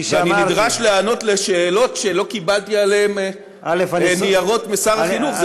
ואני נדרש לענות על שאלות שלא קיבלתי עליהן ניירות משר החינוך.